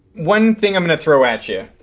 one thing i'm gonna throw at you.